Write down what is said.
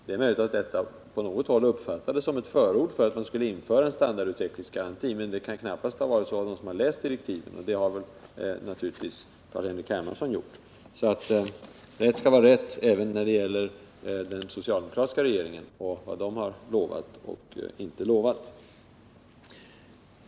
Det är möjligt att detta på något håll uppfattades som ett förord för att man skulle införa en standardutvecklingsgaranti, men det kan knappast ha varit så för dem som läst direktiven, och det har naturligtvis Carl-Henrik Hermansson gjort. Rätt skall vara rätt även när det gäller den socialdemokratiska regeringen och vad den lovat och inte lovat.